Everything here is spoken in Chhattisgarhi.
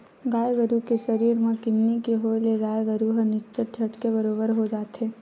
गाय गरु के सरीर म किन्नी के होय ले गाय गरु ह निच्चट झटके बरोबर हो जाथे